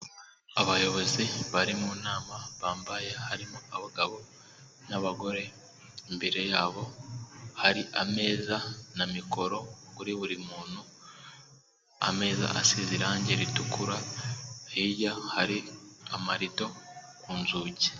Abayobozi bari mu nama bambaye harimo abagabo n'abagore. imbere yabo hari ameza na mikoro, kuri buri muntu ameza asize irangi ritukura hirya hari amarido ku nzugi.